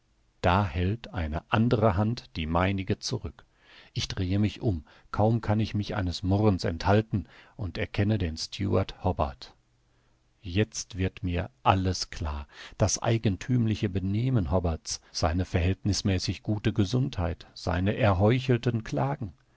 da hält eine andere hand die meinige zurück ich drehe mich um kaum kann ich mich eines murrens enthalten und erkenne den steward hobbart jetzt wird mir alles klar das eigenthümliche benehmen hobbart's seine verhältnißmäßig gute gesundheit seine erheuchelten klagen